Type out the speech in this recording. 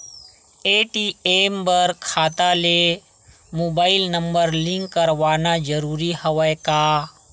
ATM बर खाता ले मुबाइल नम्बर लिंक करवाना ज़रूरी हवय का?